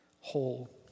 Whole